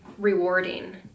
rewarding